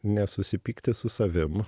nesusipykti su savim